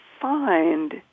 find